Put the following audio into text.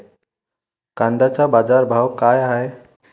कांद्याचे बाजार भाव का हाये?